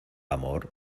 amor